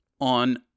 on